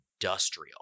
industrial